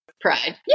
pride